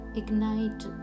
ignite